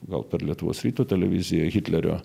gal per lietuvos ryto televiziją hitlerio